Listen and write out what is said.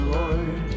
Lord